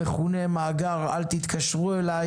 המכונה "מאגר אל תתקשרו אליי"